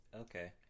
okay